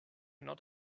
not